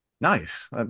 Nice